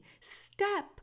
step